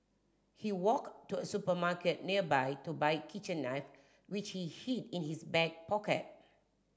he walked to a supermarket nearby to buy a kitchen knife which he hid in his back pocket